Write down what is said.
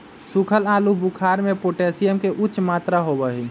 सुखल आलू बुखारा में पोटेशियम के उच्च मात्रा होबा हई